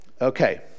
Okay